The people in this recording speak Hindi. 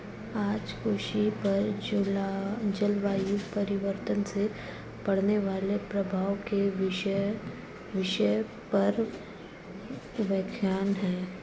आज कृषि पर जलवायु परिवर्तन से पड़ने वाले प्रभाव के विषय पर व्याख्यान है